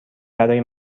برای